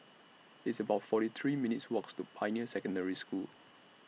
It's about forty three minutes' Walks to Pioneer Secondary School